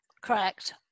Correct